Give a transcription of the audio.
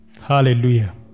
Hallelujah